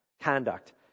conduct